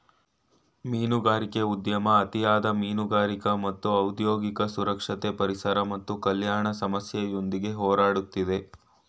ಮೀನುಗಾರಿಕೆ ಉದ್ಯಮ ಅತಿಯಾದ ಮೀನುಗಾರಿಕೆ ಮತ್ತು ಔದ್ಯೋಗಿಕ ಸುರಕ್ಷತೆ ಪರಿಸರ ಮತ್ತು ಕಲ್ಯಾಣ ಸಮಸ್ಯೆಯೊಂದಿಗೆ ಹೋರಾಡ್ತಿದೆ